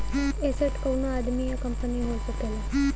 asset कउनो आदमी या कंपनी हो सकला